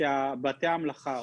שבתי מלאכה,